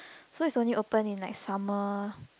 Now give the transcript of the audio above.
so it's only open in like summer